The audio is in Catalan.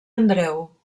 andreu